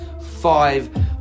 Five